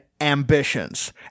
ambitions